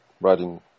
writing